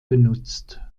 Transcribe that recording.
benutzt